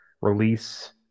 release